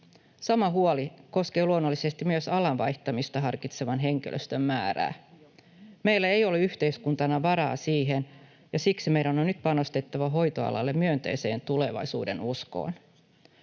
Sama huoli koskee luonnollisesti myös alan vaihtamista harkitsevan henkilöstön määrää. Meillä ei ole yhteiskuntana varaa siihen, ja siksi meidän on nyt panostettava hoitoalalla myönteiseen tulevaisuudenuskoon.